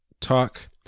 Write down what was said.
talk